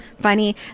funny